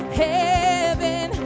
heaven